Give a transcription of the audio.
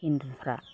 हिन्दुफोरा